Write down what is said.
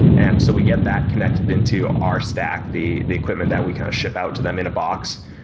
and so we get that connected into our stack, the the equipment that we kind of ship out to them in a box,